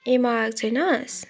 ए मगाएको छैनस्